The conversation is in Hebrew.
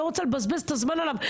אני לא רוצה לבזבז את הזמן עליו.